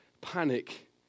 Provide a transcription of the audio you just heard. panic